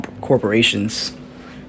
corporations